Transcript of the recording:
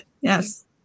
Yes